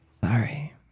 Sorry